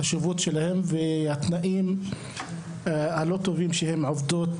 החשיבות שלהן והתנאים הלא טובים שהן עובדות